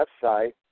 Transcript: website